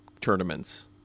tournaments